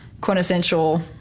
quintessential